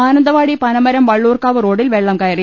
മാനന്തവാടി പനമരം വള്ളൂർക്കാവ് റോഡിൽ വെള്ളംകയറി